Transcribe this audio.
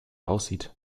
aussieht